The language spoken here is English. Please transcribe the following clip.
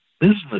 business